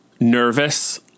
nervous